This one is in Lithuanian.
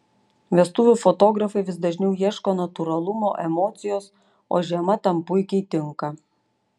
vestuvių fotografai vis dažniau ieško natūralumo emocijos o žiema tam puikiai tinka